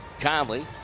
Conley